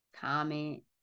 comment